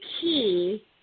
key